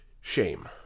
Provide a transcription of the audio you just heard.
shame